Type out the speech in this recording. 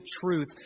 truth